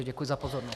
Děkuji za pozornost.